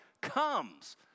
comes